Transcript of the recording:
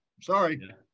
Sorry